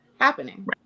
happening